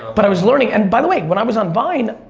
but i was learning, and by the way, when i was on vine,